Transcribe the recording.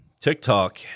TikTok